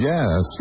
Yes